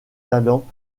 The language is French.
talents